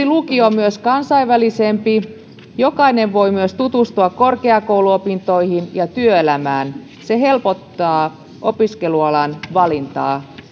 lukio on myös kansainvälisempi jokainen voi myös tutustua korkeakouluopintoihin ja työelämään se helpottaa opiskelualan valintaa